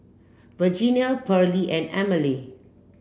Virginia Pearley and Emilee